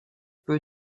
peu